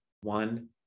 one